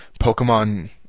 Pokemon